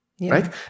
Right